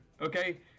Okay